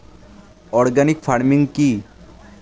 Organic farming কি?